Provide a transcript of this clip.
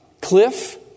cliff